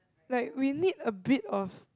like we need a bit of